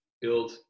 build